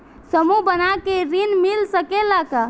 समूह बना के ऋण मिल सकेला का?